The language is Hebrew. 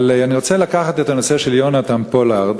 אבל אני רוצה לקחת את הנושא של יהונתן פולארד,